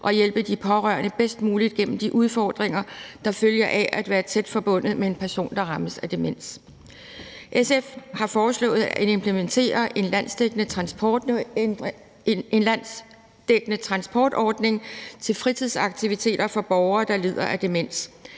og hjælpe de pårørende bedst muligt gennem de udfordringer, der følger af at være tæt forbundet med en person, der rammes af demens. SF har foreslået at implementere en landsdækkende transportordning til fritidsaktiviteter for borgere, der lider af demens.